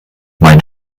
mein